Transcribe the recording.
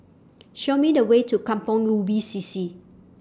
Show Me The Way to Kampong Ubi C C